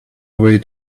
away